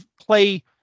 play